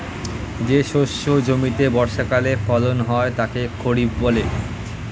যে শস্য জমিতে বর্ষাকালে ফলন হয় তাকে খরিফ বলে